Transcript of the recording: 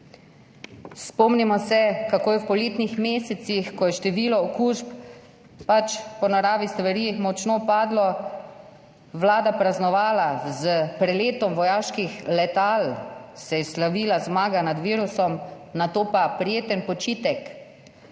Spomnimo se, kako je v poletnih mesecih, ko je število okužb po naravi stvari močno padlo, Vlada praznovala. S preletom vojaških letal se je slavila zmaga nad virusom, nato pa prijeten počitek.